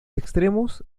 extremos